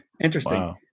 Interesting